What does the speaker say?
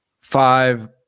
five